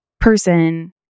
person